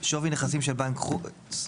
" "שווי נכסים" של בנק חוץ,